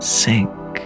sink